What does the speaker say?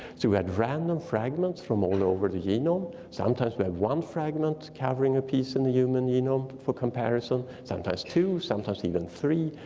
had random fragments from all over the genome. sometimes we had one fragment covering a piece in the human genome for comparison. sometimes two, sometimes even three,